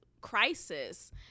crisis